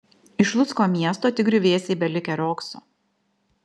iš lucko miesto tik griuvėsiai belikę riogso